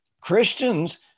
Christians